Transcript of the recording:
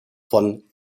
von